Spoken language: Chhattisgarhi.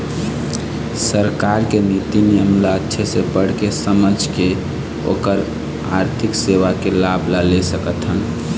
हमन आरथिक सेवा के लाभ कैसे ले सकथन?